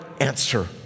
answer